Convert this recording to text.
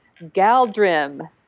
Galdrim